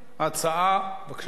לפי בקשתם.